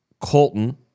Colton